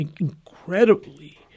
incredibly